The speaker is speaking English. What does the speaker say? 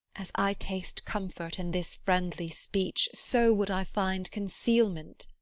as i taste comfort in this friendly speech, so would i find concealment.